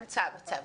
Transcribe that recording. צו.